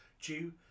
due